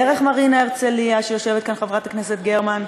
דרך מרינה הרצליה, שיושבת כאן חברת הכנסת גרמן,